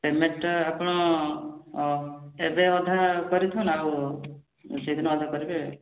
ପେମେଣ୍ଟଟା ଆପଣ ଏବେ ଅଧା କରିଦିଅନ୍ତୁ ଆଉ ସେଦିନ ଅଧା କରିବେ